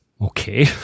okay